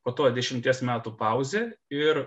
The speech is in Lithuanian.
po to dešimties metų pauzė ir